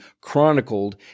chronicled